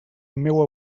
meua